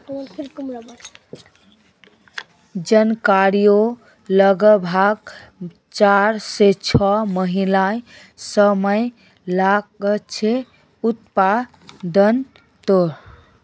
अजवाईन लग्ब्भाग चार से छः महिनार समय लागछे उत्पादनोत